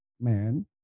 man